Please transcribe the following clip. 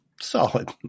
solid